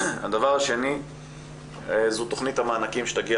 הדבר השני זו תוכנית המענקים שתגיע